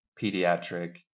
pediatric